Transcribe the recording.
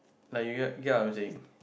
like you get you get what I'm saying